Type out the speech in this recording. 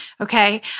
Okay